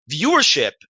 viewership